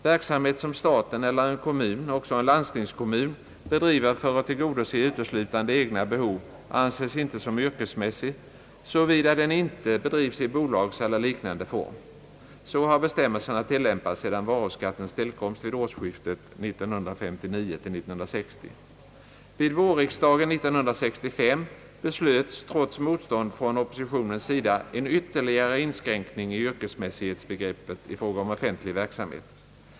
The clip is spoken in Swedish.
Verksamhet som staten eller en kommun — ock så en landstingskommun — bedriver för att tillgodose uteslutande egna behov anses inte som yrkesmässig, såvida den inte bedrivs i bolagseller liknande form. Så har bestämmelserna tillämpats sedan varuskattens tillkomst vid årsskiftet 1959/1960. Vid vårriksdagen 19653 beslöts trots motstånd från oppositionens sida en ytterligare inskränkning i yrkesmässighetsbegreppet i fråga om offentlig verksamhet.